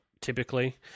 Typically